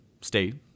state